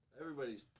everybody's